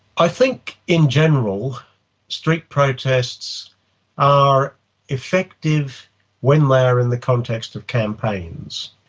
i think in general street protests are effective when they are in the context of campaigns.